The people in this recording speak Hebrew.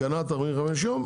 הגנת 45 יום.